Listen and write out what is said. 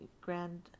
grand